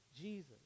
Jesus